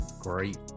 Great